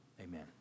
Amen